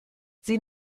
sie